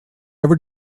ever